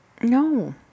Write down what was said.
No